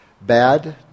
Bad